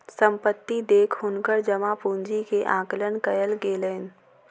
संपत्ति देख हुनकर जमा पूंजी के आकलन कयल गेलैन